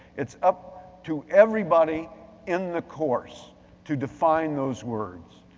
it's up to everybody in the course to define those words.